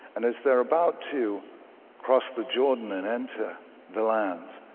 and as they're about to cross the jordan and enter the land,